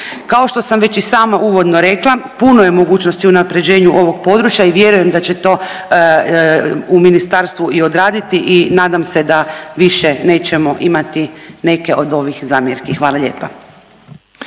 Kao što sam već i sama uvodno rekla, puno je mogućnosti unaprjeđenju ovog područja i vjerujem da će to u Ministarstvu i odraditi i nadam se da više nećemo imati neke od ovih zamjerki. Hvala lijepa.